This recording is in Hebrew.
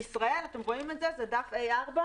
בישראל, אתם רואים את זה, זה דף A-4,